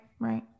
Right